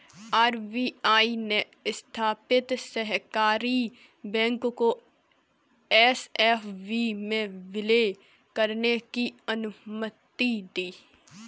RBI ने स्थापित सहकारी बैंक को एस.एफ.बी में विलय करने की अनुमति दी